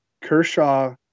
Kershaw